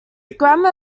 grammar